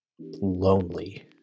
lonely